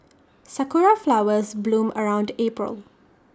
Sakura Flowers bloom around April